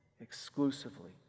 exclusively